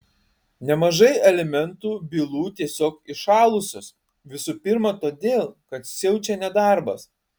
nemažai alimentų bylų tiesiog įšalusios visų pirma todėl kad siaučia nedarbas